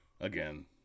Again